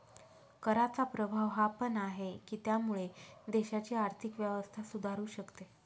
कराचा प्रभाव हा पण आहे, की त्यामुळे देशाची आर्थिक व्यवस्था सुधारू शकते